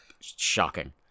Shocking